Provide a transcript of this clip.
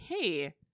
hey